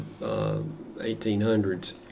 1800s